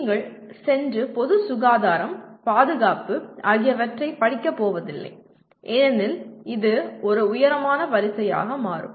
நீங்கள் சென்று பொது சுகாதாரம் பாதுகாப்பு ஆகியவற்றைப் படிக்கப் போவதில்லை ஏனெனில் இது ஒரு உயரமான வரிசையாக மாறும்